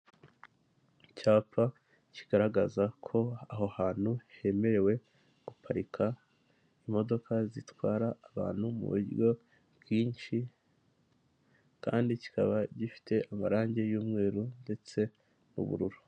Icyapa kigaragaza ko aho hantu hemerewe guparika imodoka zitwara abantu mu buryo bwinshi kandi kikaba gifite amarange y'umweru ndetse n'ubururu.